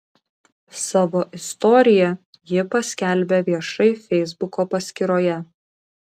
savo istoriją ji paskelbė viešai feisbuko paskyroje